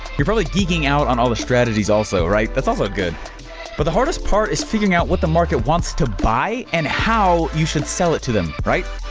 you're probably geeking out on all the strategies also right? that's also good, but the hardest part is figuring out what the market wants to buy and how you should sell it to them, right?